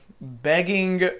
begging